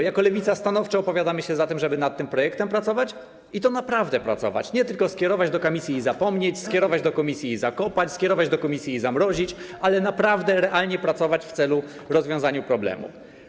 Jako Lewica stanowczo opowiadamy się za tym, żeby nad tym projektem pracować, i to naprawdę pracować, nie tylko skierować do komisji i zapomnieć, skierować do komisji i zakopać, skierować do komisji i zamrozić, ale naprawdę, realnie pracować w celu rozwiązania problemu.